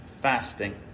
fasting